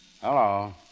Hello